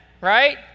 right